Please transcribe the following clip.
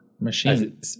machine